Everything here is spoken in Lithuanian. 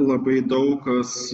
labai daug kas